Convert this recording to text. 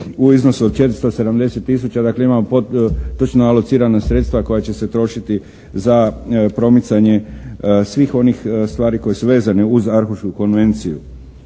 u iznosu od 470 tisuća. Dakle imamo točno alocirana sredstva koja će se trošiti za promicanje svih onih stvari koje su vezane uz arhušku konvenciju.